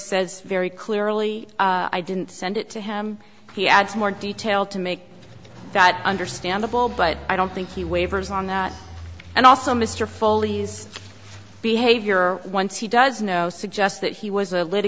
says very clearly i didn't send it to him he adds more detail to make that understandable but i don't think he wavers on that and also mr foley's behavior once he does know suggests that he was a